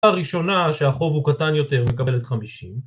הראשונה שהחוב הוא קטן יותר מקבלת חמישים